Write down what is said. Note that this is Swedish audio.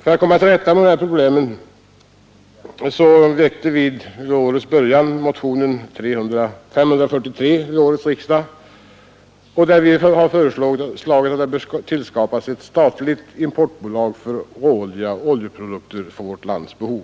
För att komma till rätta med dessa problem har vi i motionen 543 till årets riksdag föreslagit att det tillskapas ett statligt importbolag för råolja och oljeprodukter för vårt lands behov.